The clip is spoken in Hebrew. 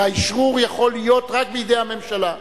והאשרור יכול להיות רק בידי הממשלה.